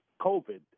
COVID